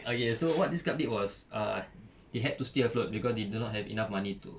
okay so what did club did was ah they had to stay afloat cause they do not have enough money to